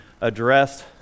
addressed